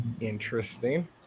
Interesting